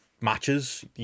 matches